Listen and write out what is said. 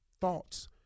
thoughts